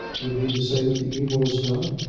you mean to say that the evil is done.